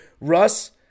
Russ